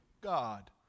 God